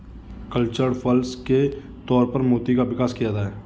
cultured pearls के तौर पर मोती का विकास किया जाता है